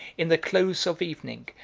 in the close of evening,